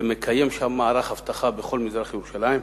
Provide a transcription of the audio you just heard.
שמקיים מערך אבטחה בכל מזרח-ירושלים,